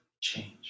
change